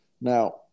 Now